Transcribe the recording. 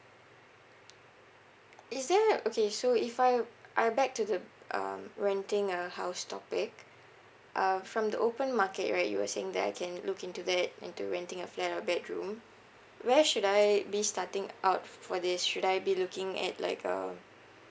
is there okay so if I I back to the um renting a house topic uh from the open market right you were saying that I can look into that into renting a flat or a bedroom where should I be starting out f~ for this should I be looking at like uh